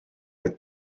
oedd